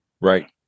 right